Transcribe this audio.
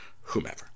whomever